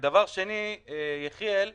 דבר שני, יחיאל לסרי,